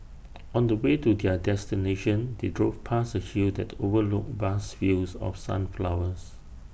on the way to their destination they drove past A hill that overlooked vast fields of sunflowers